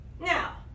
Now